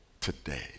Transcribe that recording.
today